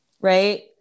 right